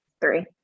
Three